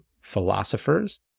philosophers